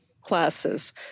classes